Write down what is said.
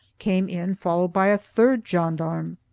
came in followed by a third gendarme.